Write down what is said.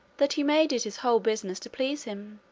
that he made it his whole business to please him,